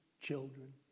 children